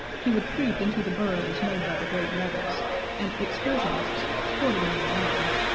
he would creep into the burrows made by the great rabbits and excursionists, sporting on the downs,